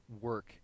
work